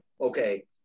okay